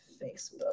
Facebook